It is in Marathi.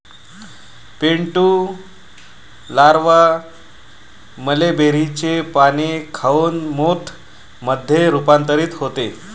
पिंटू लारवा मलबेरीचे पाने खाऊन मोथ मध्ये रूपांतरित होते